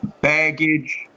baggage